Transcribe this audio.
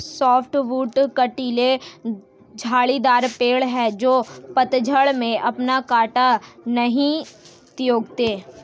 softwood कँटीले झाड़ीदार पेड़ हैं जो पतझड़ में अपना काँटा नहीं त्यागते